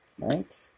Right